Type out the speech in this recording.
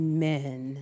Amen